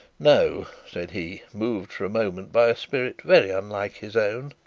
no said he, moved for a moment by a spirit very unlike his own,